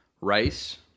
rice